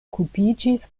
okupiĝis